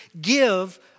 give